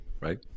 right